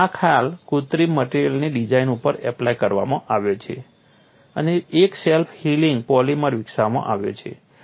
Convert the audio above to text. તેથી આ ખ્યાલ કૃત્રિમ મટેરીઅલની ડિઝાઇન ઉપર એપ્લાય કરવામાં આવ્યો છે અને એક સેલ્ફ હીલિંગ પોલિમર વિકસાવવામાં આવ્યો છે